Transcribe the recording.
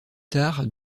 tard